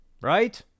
Right